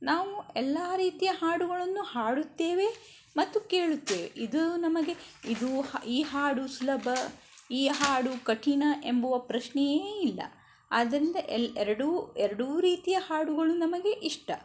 ನಾವು ಎಲ್ಲ ರೀತಿಯ ಹಾಡುಗಳನ್ನು ಹಾಡುತ್ತೇವೆ ಮತ್ತು ಕೇಳುತ್ತೇವೆ ಇದು ನಮಗೆ ಇದು ಈ ಹಾಡು ಸುಲಭ ಈ ಹಾಡು ಕಠಿಣ ಎಂಬುವ ಪ್ರಶ್ನೆಯೇ ಇಲ್ಲ ಆದ್ದರಿಂದ ಎಲ್ ಎರಡೂ ಎರಡೂ ರೀತಿಯ ಹಾಡುಗಳು ನಮಗೆ ಇಷ್ಟ